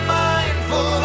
mindful